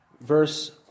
verse